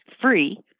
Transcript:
free